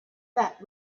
that